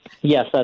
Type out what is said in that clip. Yes